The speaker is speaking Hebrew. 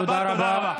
תודה רבה.